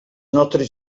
nostres